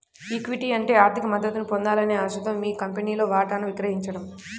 equity అంటే ఆర్థిక మద్దతును పొందాలనే ఆశతో మీ కంపెనీలో వాటాను విక్రయించడం